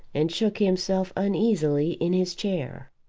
and shook himself uneasily in his chair.